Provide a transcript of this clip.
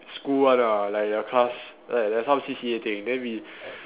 school one ah like the class like like some C_C_A thing then we